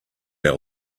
our